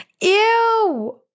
Ew